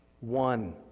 one